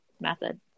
method